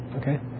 okay